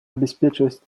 обеспечивать